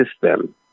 system